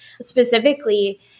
specifically